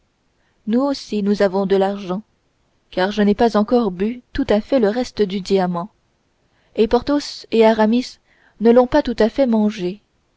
nous aussi nous avons de l'argent car je n'ai pas encore bu tout à fait le reste du diamant et porthos et aramis ne l'ont pas tout à fait mangé